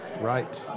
Right